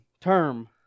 term